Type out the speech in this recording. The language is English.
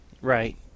Right